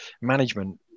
management